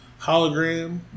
hologram